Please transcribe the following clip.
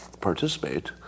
participate